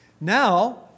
Now